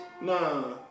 Nah